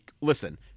Listen